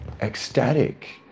ecstatic